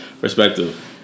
perspective